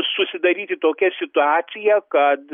susidaryti tokia situacija kad